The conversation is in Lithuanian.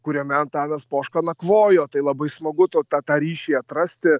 kuriame antanas poška nakvojo tai labai smagu to tą ryšį atrasti